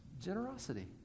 generosity